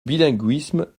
bilinguisme